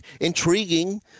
intriguing